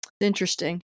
Interesting